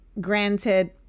granted